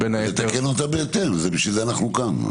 נתקן אותה בהתאם, בשביל זה אנחנו כאן.